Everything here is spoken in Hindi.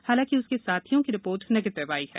हालांकि उसके साथियों की रिपोर्ट निगेटिव आई है